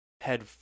head